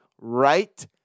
right